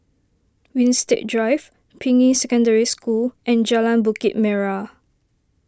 Winstedt Drive Ping Yi Secondary School and Jalan Bukit Merah